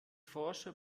forscher